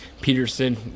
Peterson